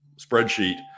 spreadsheet